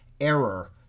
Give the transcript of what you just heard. error